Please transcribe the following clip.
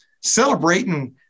celebrating